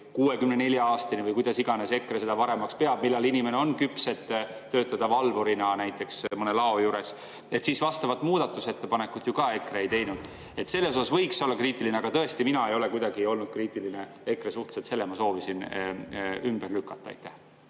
64 aastani või kuidas iganes EKRE seda paremaks peab, millal inimene on küps, et töötada valvurina näiteks mõne lao juures, aga vastavat muudatusettepanekut ju ka EKRE ei teinud. Selle suhtes võiks olla kriitiline, aga tõesti, mina ei ole kuidagi olnud kriitiline EKRE suhtes. Selle ma soovisin ümber lükata.